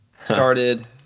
started